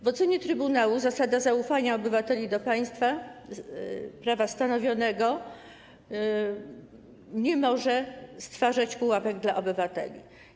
W ocenie trybunału zasada zaufania obywateli do państwa i prawa stanowionego nie może stwarzać pułapek dla obywateli.